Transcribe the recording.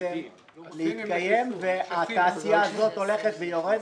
בעצם להתקיים, והתעשייה הזאת הולכת ויורדת,